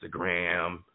Instagram